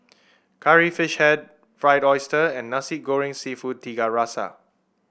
Curry Fish Head Fried Oyster and Nasi Goreng seafood Tiga Rasa